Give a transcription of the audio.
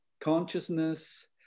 consciousness